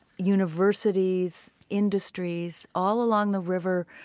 universities, industries, all along the river,